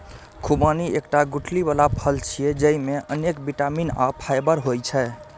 खुबानी एकटा गुठली बला फल छियै, जेइमे अनेक बिटामिन आ फाइबर होइ छै